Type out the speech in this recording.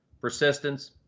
persistence